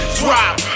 drop